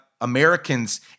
Americans